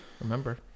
remember